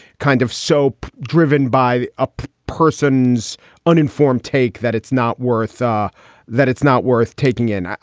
kind of so driven by a person's uninformed take that it's not worth ah that it's not worth taking in.